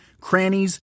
crannies